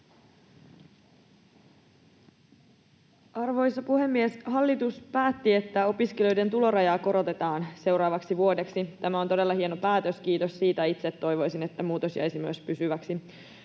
Arvoisa puhemies! Hallitus päätti, että opiskelijoiden tulorajaa korotetaan seuraavaksi vuodeksi. Tämä on todella hieno päätös, kiitos siitä. Itse toivoisin, että muutos jäisi myös pysyväksi.